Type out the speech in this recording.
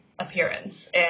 appearance